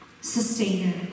sustainer